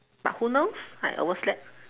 but who knows I overslept